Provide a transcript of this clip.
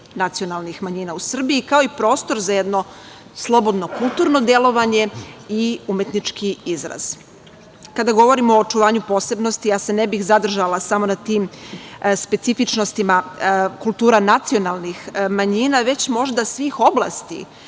nacionalnih manjina u Srbiji kao i prostor za jedno slobodno kulturno delovanje i umetnički izraz. Kada govorim o očuvanju posebnosti ja se ne bih zadržala samo na tim specifičnostima kultura nacionalnih manjina već možda svih oblasti